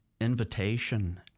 invitation